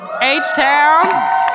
H-Town